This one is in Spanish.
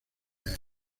año